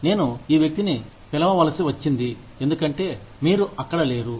నేను ఈ వ్యక్తిని పిలవవలసి వచ్చింది ఎందుకంటే మీరు అక్కడ లేరు